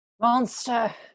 Monster